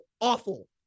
awful